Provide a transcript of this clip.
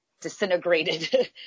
disintegrated